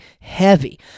heavy